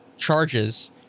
Charges